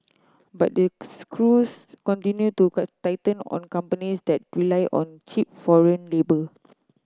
but the screws continue to tighten on companies that rely on cheap foreign labour